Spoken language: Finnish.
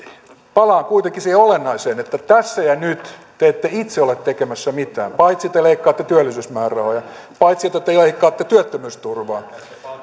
palaan kuitenkin siihen olennaiseen että tässä ja nyt te ette itse ole tekemässä mitään paitsi että te leikkaatte työllisyysmäärärahoja paitsi että te leikkaatte työttömyysturvaa